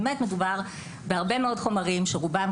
באמת מדובר בהרבה מאוד חומרים שרובם,